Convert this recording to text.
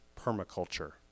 permaculture